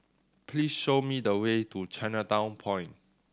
please show me the way to Chinatown Point